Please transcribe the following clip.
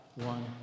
one